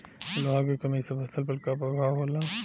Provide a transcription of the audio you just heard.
लोहा के कमी से फसल पर का प्रभाव होला?